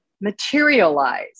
materialize